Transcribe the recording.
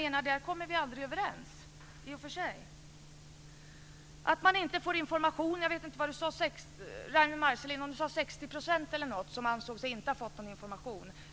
Men där kommer vi aldrig överens. Ragnwi Marcelind sade att 60 % anser sig inte ha fått någon information.